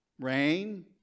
Rain